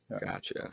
Gotcha